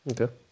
okay